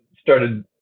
started